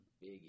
big